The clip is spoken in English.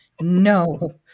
No